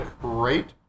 Great